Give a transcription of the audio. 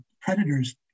predators